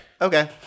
Okay